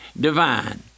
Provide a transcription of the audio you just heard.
divine